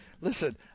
listen